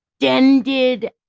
extended